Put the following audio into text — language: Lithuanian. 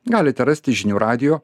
galite rasti žinių radijo